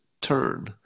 turn